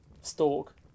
stalk